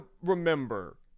remember